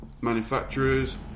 manufacturers